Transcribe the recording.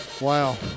Wow